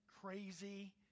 crazy